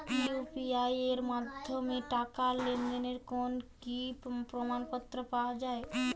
UPI এর মাধ্যমে টাকা লেনদেনের কোন কি প্রমাণপত্র পাওয়া য়ায়?